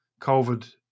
COVID